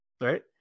right